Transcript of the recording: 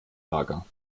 lager